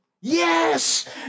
Yes